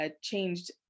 changed